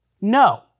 No